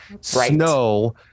snow